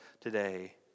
today